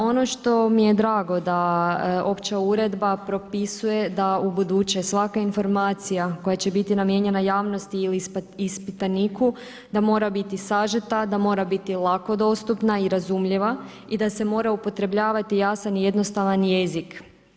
Ono što mi je drago da opća uredba propisuje da u buduće svaka informacija koja će biti namijenjena javnosti ili ispitaniku, da mora biti sažeta, da mora biti lako dostupna i razumljiva i da se mora upotrebljavati jasan i jednostavan jezik.